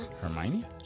Hermione